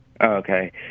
Okay